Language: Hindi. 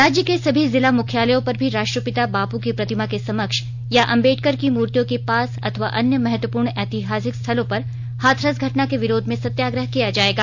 राज्य के सभी जिला मुख्यालयों पर भी राष्ट्रपिता बापू की प्रतिमा के समक्ष या अंबेडकर की मूर्तियों के पास अथवा अन्य महत्वपूर्ण ऐतिहासिक स्थलों पर हाथरस घटना के विरोध में सत्याग्रह किया जाएगा